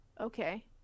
Okay